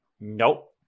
Nope